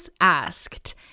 asked